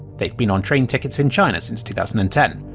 they've been on train tickets in china since two thousand and ten.